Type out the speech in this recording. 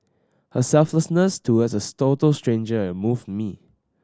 her selflessness towards as total stranger and moved me